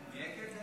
מבקש לשבת במקום.